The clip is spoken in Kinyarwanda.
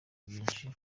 byinshi